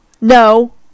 no